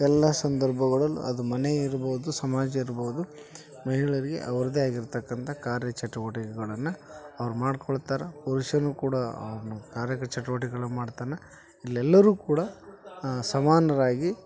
ಎಲ್ಲ ಸಂದರ್ಭಗಳಲ್ಲೂ ಅದು ಮನೆ ಇರ್ಬೋದು ಸಮಾಜ ಇರ್ಬೋದು ಮಹಿಳೆಯರಿಗೆ ಅವ್ರದ್ದೇ ಆಗಿರತಕ್ಕಂಥ ಕಾರ್ಯ ಚಟುವಟಿಕೆಗಳನ್ನು ಅವ್ರು ಮಾಡ್ಕೊಳ್ತಾರೆ ಪುರುಷನು ಕೂಡ ಅವ್ನ ಕಾರ್ಯ ಚಟುವಟಿಕೆಗಳು ಮಾಡ್ತಾನೆ ಇಲ್ಲೆಲ್ಲರೂ ಕೂಡ ಸಮಾನರಾಗಿ